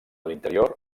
l’interior